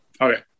Okay